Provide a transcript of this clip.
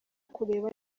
kureba